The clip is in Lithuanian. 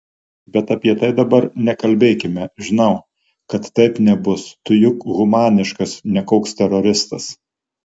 bet apie tai dabar nekalbėkime žinau kad taip nebus tu juk humaniškas ne koks teroristas